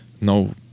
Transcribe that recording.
No